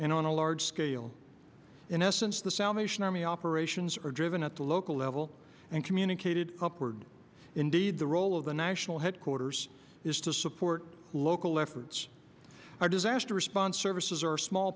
and on a large scale in essence the salvation army operations are driven at the local level and communicated upward indeed the role of the national headquarters is to support local efforts our disaster response services are small